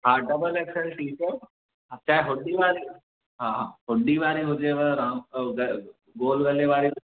हा double XL T shirt चाहे hoodie वारी हा हुडी वारी हुजेव राउंड गोल गले वारी